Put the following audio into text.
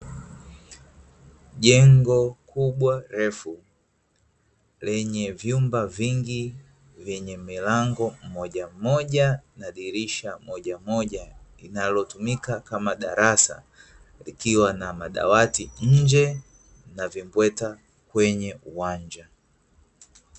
Jengo kubwa refu lenye vyumba vingi vyenye milango mmoja mmoja na dirisha moja moja, linalotumika kama darasa likiwa na madawati nje na vimbweta kwenye uwanja.